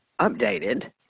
updated